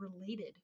related